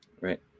Right